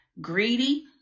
greedy